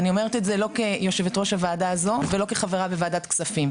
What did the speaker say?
אני אומרת את זה לא כיושבת-ראש הוועדה הזו ולא כבחברה בוועדת כספים.